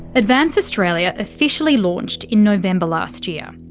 advance australia officially launched in november last year.